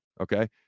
Okay